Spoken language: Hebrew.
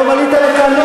היום עלית לכאן,